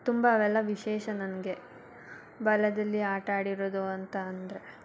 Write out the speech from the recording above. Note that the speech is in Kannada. ತುಂಬ ಅವೆಲ್ಲ ವಿಶೇಷ ನನಗೆ ಬಾಲ್ಯದಲ್ಲಿ ಆಟಾಡಿರೋದು ಅಂತ ಅಂದರೆ